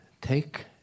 take